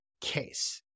case